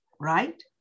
right